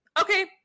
okay